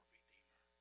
Redeemer